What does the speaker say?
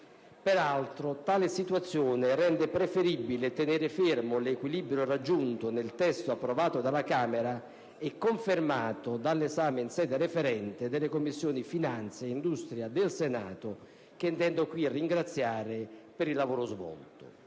Peraltro, tale situazione rende preferibile tenere fermo l'equilibrio raggiunto nel testo approvato dalla Camera e confermato dall'esame in sede referente delle Commissioni finanze e industria del Senato, che voglio qui ringraziare per il lavoro svolto.